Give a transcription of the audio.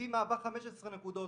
שהיא מהווה 15 נקודות.